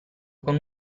con